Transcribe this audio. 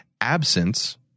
absence